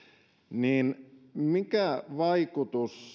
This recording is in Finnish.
niin mikä vaikutus